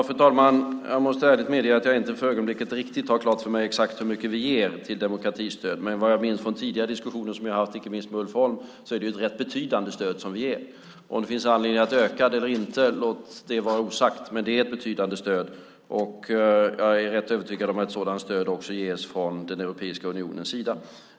Fru talman! Jag måste ärligt medge att jag för ögonblicket inte riktigt har klart för mig exakt hur mycket vi ger i demokratistöd, men vad jag minns från tidigare diskussioner med inte minst Ulf Holm är det rätt betydande stöd. Låt det vara osagt om det finns anledning att öka det eller inte, men det är betydande stöd. Jag är helt övertygad om att sådant stöd också ges från Europeiska unionens sida.